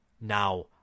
Now